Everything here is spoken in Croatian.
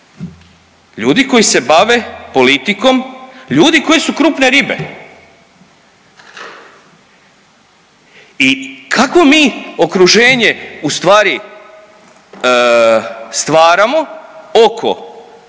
ljudi koji se bave politikom i ljudi koji su krupne ribe i kakvo mi okruženje ustvari stvaramo oko